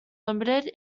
limited